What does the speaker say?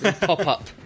pop-up